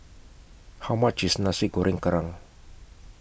How much IS Nasi Goreng Kerang